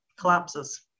collapses